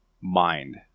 mind